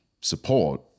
support